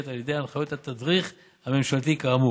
על פי הנחיות התדריך הממשלתי כאמור,